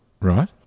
right